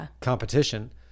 competition